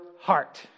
heart